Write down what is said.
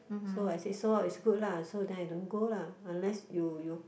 so I said sold out is good lah so then I don't go lah unless you you